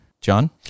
John